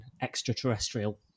extraterrestrial